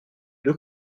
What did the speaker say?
deux